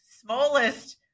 smallest